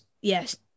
yes